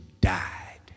died